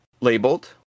labeled